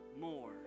more